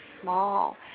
small